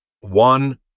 One